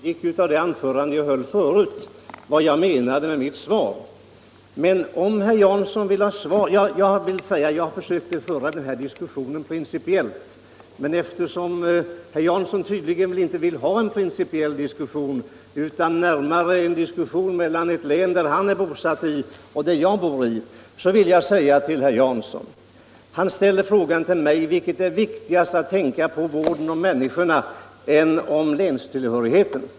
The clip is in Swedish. Herr talman! Jag trodde att det av mitt tidigare anförande framgick vad jag menade med mitt svar. Jag har här försökt föra en principdiskussion, men herr Jansson vill tydligen inte ha någon sådan, utan han vill föra en diskussion mellan det län där han är bosatt och det län där jag bor. Herr Jansson ställde frågan till mig: Vilket är viktigast att tänka på, vården om människorna eller länstillhörigheten?